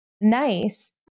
Nice